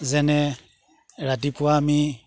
যেনে ৰাতিপুৱা আমি